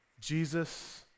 Jesus